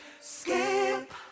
skip